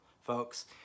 folks